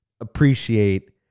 appreciate